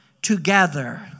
together